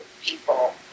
people